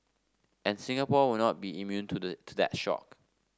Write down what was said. and Singapore will not be immune to the to that shock